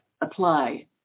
apply